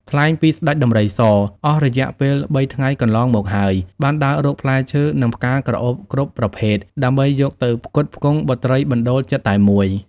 ថ្លែងពីស្តេចដំរីស អស់រយៈពេលបីថ្ងៃកន្លងមកហើយ បានដើររកផ្លែឈើ និងផ្កាក្រអូបគ្រប់ប្រភេទដើម្បីយកទៅផ្គត់ផ្គង់បុត្រីបណ្តូលចិត្តតែមួយ ។